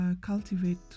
cultivate